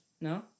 No